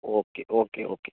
okay okay okay